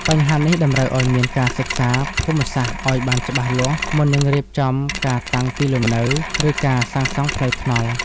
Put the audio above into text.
បញ្ហានេះតម្រូវឱ្យមានការសិក្សាភូមិសាស្ត្រឱ្យបានច្បាស់លាស់មុននឹងរៀបចំការតាំងទីលំនៅ ឬការសាងសង់ផ្លូវថ្នល់។